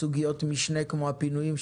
סוגיות משנה כמו הפינויים,